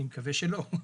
אני מקווה שלא.